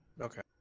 Okay